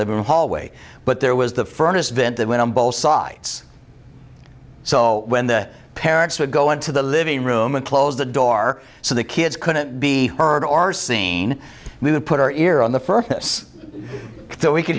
living the hallway but there was the furnace vent that went on both sides so when the parents would go into the living room and close the door so the kids couldn't be heard or seen me the put our ear on the fergus so we could